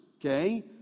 Okay